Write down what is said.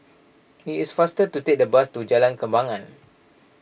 it is faster to take the bus to Jalan Kembangan